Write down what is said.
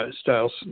styles